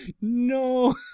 no